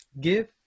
give